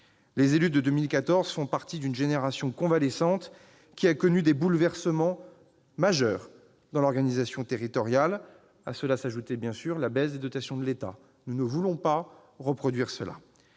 Les élus de 2014 font partie d'une génération convalescente qui a connu des bouleversements majeurs dans l'organisation territoriale. À cela s'ajoutait, bien sûr, la baisse des dotations de l'État. Nous ne voulons pas reproduire cela.